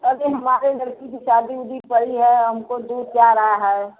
अरे हमारी लड़की की शादी उदी पड़ी है हमको दूध चाह रहा है